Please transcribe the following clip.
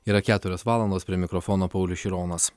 yra keturios valandos prie mikrofono paulius šironas